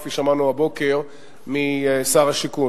כפי ששמענו בבוקר משר השיכון.